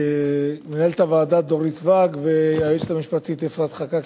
למנהלת הוועדה דורית ואג והיועצת המשפטית אפרת חקאק,